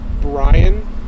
Brian